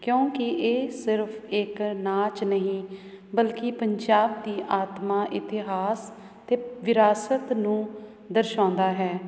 ਕਿਉਂਕਿ ਇਹ ਸਿਰਫ ਇੱਕ ਨਾਚ ਨਹੀਂ ਬਲਕਿ ਪੰਜਾਬ ਦੀ ਆਤਮਾ ਇਤਿਹਾਸ ਅਤੇ ਵਿਰਾਸਤ ਨੂੰ ਦਰਸਾਉਂਦਾ ਹੈ